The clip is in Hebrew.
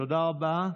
תודה רבה.